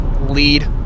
lead